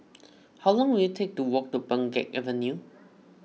how long will it take to walk to Pheng Geck Avenue